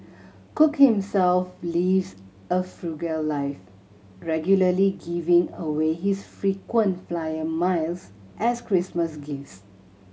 cook himself lives a frugal life regularly giving away his frequent flyer miles as Christmas gifts